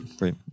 Right